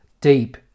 deep